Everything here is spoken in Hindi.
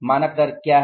मानक दर क्या है